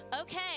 okay